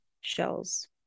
shells